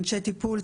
אנשי טיפול,